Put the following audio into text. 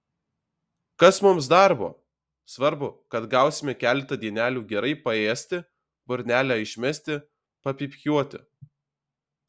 kas mums darbo svarbu kad gausime keletą dienelių gerai paėsti burnelę išmesti papypkiuoti